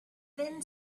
thin